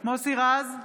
מוסי רז,